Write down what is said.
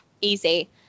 Easy